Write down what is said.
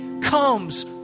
comes